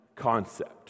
concept